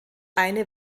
eine